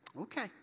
okay